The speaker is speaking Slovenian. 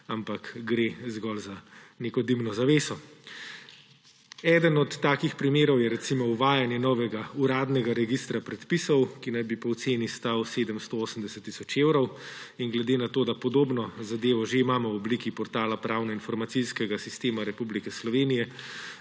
ampak gre zgolj za neko dimno zaveso. Eden od takih primerov je recimo uvajanje novega uradnega registra predpisov, ki naj bi po oceni stal 780 tisoč evrov. Ker podobno zadevo že imamo v obliki portala Pravno-informacijskega sistema Republike Slovenije,